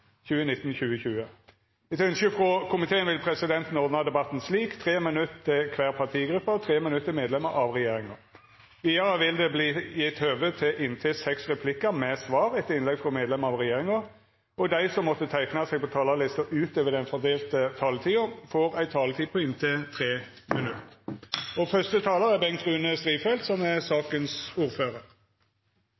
minutt til medlemer av regjeringa. Vidare vil det – innanfor den fordelte taletida – verta gjeve høve til inntil seks replikkar med svar etter innlegg frå medlemer av regjeringa, og dei som måtte teikna seg på talarlista utover den fordelte taletida, får òg ei taletid på inntil 3 minutt.